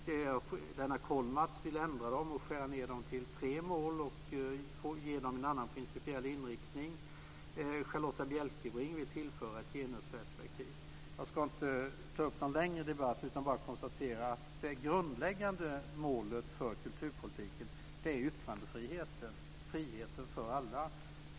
Lennart Kollmats vill ändra dem, skära ned dem till tre mål och ge dem en annan principiell inriktning. Charlotta Bjälkebring vill tillföra ett genusperspektiv. Jag ska inte ta upp någon längre debatt utan bara konstatera att det grundläggande målet för kulturpolitiken är yttrandefriheten, friheten för alla.